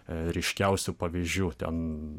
ryškiausių pavyzdžių ten